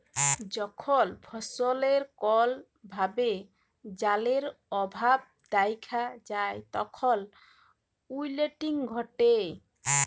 যখল ফসলে কল ভাবে জালের অভাব দ্যাখা যায় তখল উইলটিং ঘটে